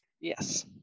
yes